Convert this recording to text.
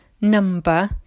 number